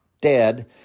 dead